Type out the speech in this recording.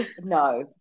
no